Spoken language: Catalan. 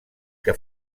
que